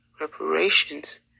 reparations